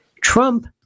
Trump